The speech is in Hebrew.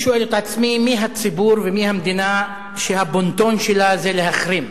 אני שואל את עצמי מי הציבור ומי המדינה שהבון-טון שלה זה להחרים.